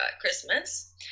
Christmas